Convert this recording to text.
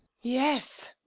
yes,